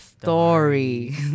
story